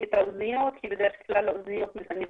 האחרון.